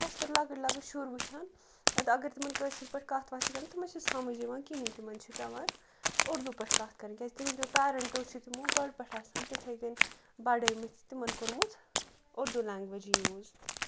أسۍ چھِ تتہِ لَکٕٹۍ لکٕٹۍ شُرۍ وُچھان تہٕ اگر تِمَن کٲشِر پٲٹھۍ کَتھ وَتھ چھِ کَران تِمَن چھِ سَمٕجھ یِوان کِہیٖنۍ تِمَن چھِ پٮ۪وان اردو پٲٹھۍ کَتھ کَرنۍ کیٛازِ تِہُنٛد پٮ۪رَنٹو چھِ تِمو گۄڈٕ پٮ۪ٹھ آسان تِتھے کٔنۍ بَڑٲے مٕتۍ تِمَن کوٚرمُت اُردو لنٛگویج یوٗز